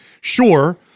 Sure